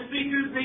speakers